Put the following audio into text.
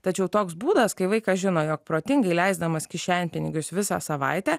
tačiau toks būdas kai vaikas žino jog protingai leisdamas kišenpinigius visą savaitę